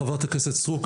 חברת הכנסת סטרוק,